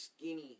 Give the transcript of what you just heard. skinny